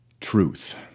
Truth